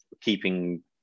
keeping